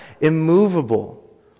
immovable